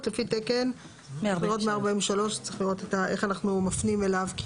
לפי תקן 143. צריך לראות איך אנחנו מפנים אליו.